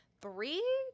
three